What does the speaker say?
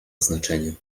znaczeniu